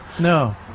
no